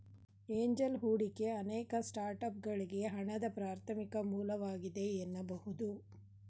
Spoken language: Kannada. ಏಂಜಲ್ ಹೂಡಿಕೆ ಅನೇಕ ಸ್ಟಾರ್ಟ್ಅಪ್ಗಳ್ಗೆ ಹಣದ ಪ್ರಾಥಮಿಕ ಮೂಲವಾಗಿದೆ ಎನ್ನಬಹುದು